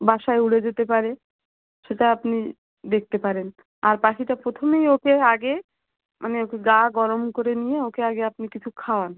বাসায় উড়ে যেতে পারে সেটা আপনি দেখতে পারেন আর পাখিটা প্রথমেই ওকে আগে মানে ওকে গা গরম করে নিয়ে ওকে আগে আপনি কিছু খাওয়ান